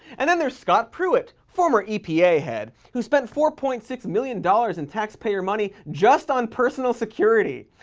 and then there's scott pruitt, former epa head, who spent four point six million dollars in taxpayer money just on personal security.